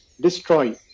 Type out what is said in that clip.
destroy